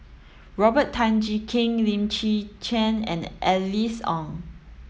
Robert Tan Jee Keng Lim Chwee Chian and Alice Ong